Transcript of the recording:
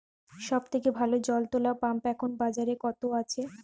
সব থেকে ভালো জল তোলা পাম্প এখন বাজারে কত আছে?